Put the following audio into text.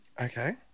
Okay